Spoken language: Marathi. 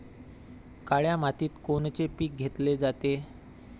काळ्या मातीत कोनचे पिकं घेतले जाते?